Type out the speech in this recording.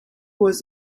was